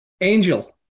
Angel